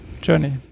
journey